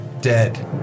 dead